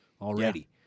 already